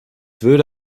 würde